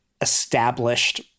established